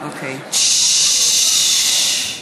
ששש.